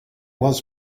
was